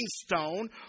stone